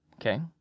Okay